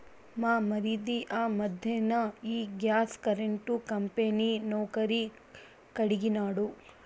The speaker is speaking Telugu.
మా మరిది ఆ మధ్దెన ఈ గ్యాస్ కరెంటు కంపెనీ నౌకరీ కడిగినాడు